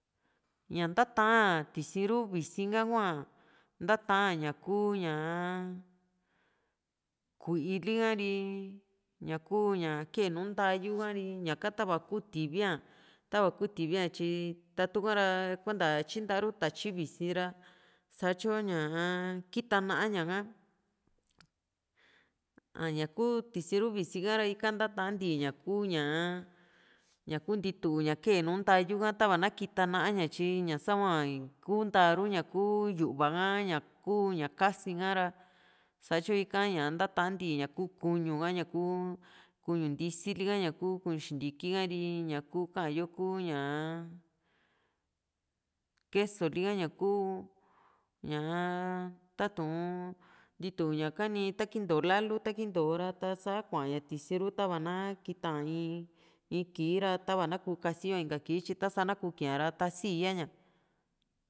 ña ntata tiisi ru visi´n ha hua ntata ña kuu ñaa ku´ili ka ri ñaku ña kee nu ntayuka ri ñaka tava in kuu tivi´a tava in kuu tivi´a tyi ta tu´kara kuenta tyintaru tatyi visi ra satyo ña kita na´a ñaka a ña kuu tisi ru visi´n ka ra ika nta´ta ntii ña kuu ñaa ñaku ntiitu ña kee nùù ntayuka tava na kita na´a ña tyi ña sa´hua ikuntaru ñaku yu´va ha ña´kuu ña ka´sin ka´ra satyu ika ña ntanta ntii ña ña kuu kuñu ka ñaku kuñu ntisili ka ñaku kuñu xintiki ha´ri ñaku ka´an yo ku ñaa quesoli ka ñaku ñaa tatu´n ntitu ñaka ni ta kinto lalu kunito ra ta´saa kuaña tisi´ru tava na kita ña in kii ra tava na kuu kasiyo´a inka kii tyi ta´sa na ku kui´n ña ra sii´ya ña